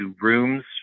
rooms